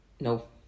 no